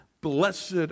Blessed